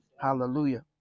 Hallelujah